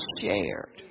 shared